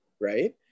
right